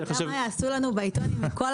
אתה יודע מה יעשו לנו בעיתון אם מכל